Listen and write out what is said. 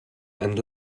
and